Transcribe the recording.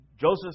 Joseph